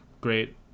great